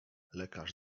lekarz